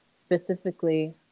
specifically